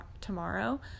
tomorrow